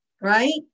right